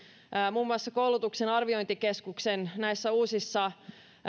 muun muassa koulutuksen arviointikeskuksen uusissa